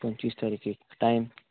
पंचवीस तारकेर टायम